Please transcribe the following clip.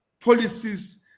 policies